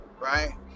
right